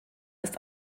ist